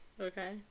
Okay